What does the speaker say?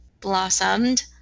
blossomed